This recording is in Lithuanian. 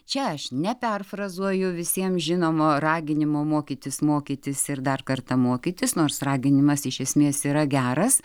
čia aš ne perfrazuoju visiem žinomo raginimo mokytis mokytis ir dar kartą mokytis nors raginimas iš esmės yra geras